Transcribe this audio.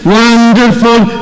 wonderful